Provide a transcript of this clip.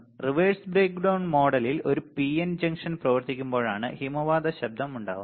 reverse breakdown മോഡലിൽ ഒരു PN junction പ്രവർത്തിക്കുമ്പോഴാണ് ഹിമപാത ശബ്ദം സൃഷ്ടിക്കുന്നത്